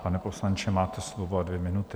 Pane poslanče, máte slovo, dvě minuty.